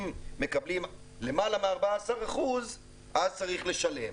אם מקבלים למעלה מ-14% אז צריך לשלם.